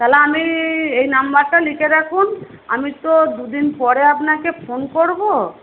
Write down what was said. তাহলে আমি এই নম্বরটা লিখে রাখুন আমি তো দুদিন পরে আপনাকে ফোন করবো